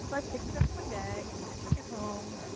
so i picked it up in my bag and took it home,